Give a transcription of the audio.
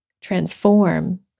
transform